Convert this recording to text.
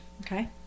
Okay